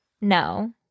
no